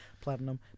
Platinum